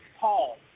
Paul